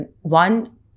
one